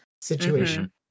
situation